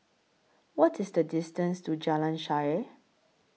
What IS The distance to Jalan Shaer